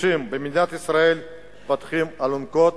בכבישים במדינת ישראל פותחים אלונקות,